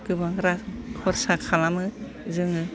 गोबां खरसा खालामो जोङो